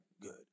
Good